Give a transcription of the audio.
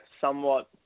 somewhat